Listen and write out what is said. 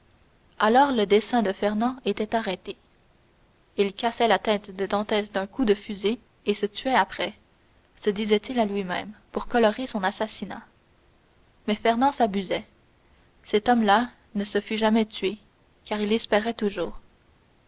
alors le dessein de fernand était arrêté il cassait la tête de dantès d'un coup de fusil et se tuait après se disait-il à lui-même pour colorer son assassinat mais fernand s'abusait cet homme-là ne se fût jamais tué car il espérait toujours